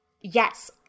Yes